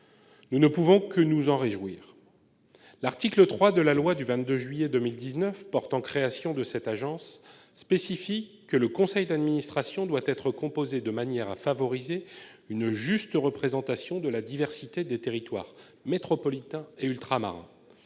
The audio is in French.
Nous ne pouvons que nous en réjouir. L'article 3 de la loi du 22 juillet 2019 portant création de cette agence spécifie que « le conseil d'administration doit être composé de manière à favoriser une juste représentation de la diversité des territoires métropolitains et ultramarins